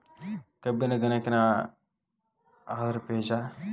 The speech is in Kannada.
ಕಬ್ಬಿನ ಗನಕಿನ ಅದ್ರ ಬೇಜಾ